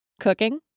cooking